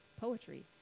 poetry